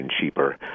cheaper